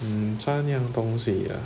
mm 三样东西啊